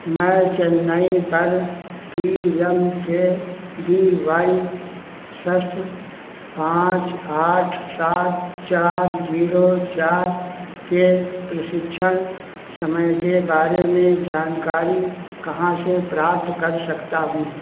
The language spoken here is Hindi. मैं चेन्नई पर P M K B Y शस्त्र पाँच आठ सात चार जीरो चार के प्रशिक्षण समय के बारे में जानकारी कहाँ से प्राप्त कर सकता हूँ